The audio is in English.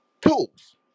tools